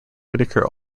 whitaker